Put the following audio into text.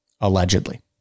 allegedly